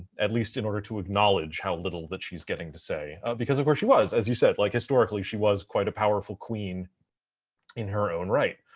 at least in order to acknowledge how little that she's getting to say, because of where she was, as you said, like, historically she was quite a powerful queen in her own right.